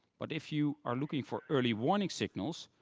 but if you are looking for early warning signals,